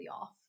off